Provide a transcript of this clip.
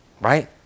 Right